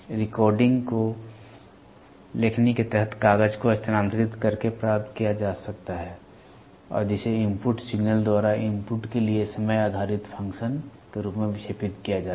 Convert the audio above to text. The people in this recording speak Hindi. रिकॉर्डिंग को लेखनी के तहत कागज को स्थानांतरित करके प्राप्त किया जा सकता है और जिसे इनपुट सिग्नल द्वारा इनपुट के लिए समय आधारित फ़ंक्शन के रूप में विक्षेपित किया जाता है